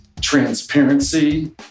transparency